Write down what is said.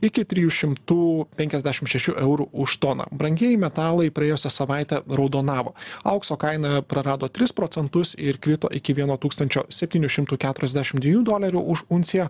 iki trijų šimtų penkiasdešim šešių eurų už toną brangieji metalai praėjusią savaitę raudonavo aukso kaina prarado tris procentus ir krito iki vieno tūktsnačio septynių šimtų keturiasdešim dviejų dolerių už unciją